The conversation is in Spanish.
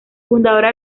fundadora